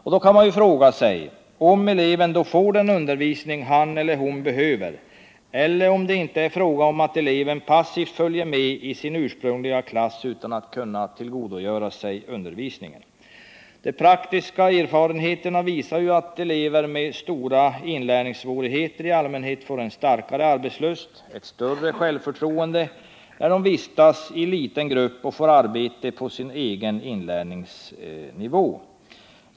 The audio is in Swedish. Man kan ju fråga sig om eleven då får den undervisning han eller hon behöver eller om det inte är fråga om att eleven passivt följer med i sin ursprungliga klass utan att kunna tillgodogöra sig undervisningen. De praktiska erfarenheterna visar att elever med stora inlärningssvårigheter i allmänhet får en starkare arbetslust och ett större självförtroende när de vistas i liten grupp och får arbeta på sin egen inlärningsnivå.